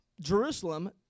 Jerusalem